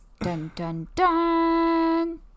Dun-dun-dun